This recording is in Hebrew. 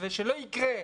ושלא יקרה,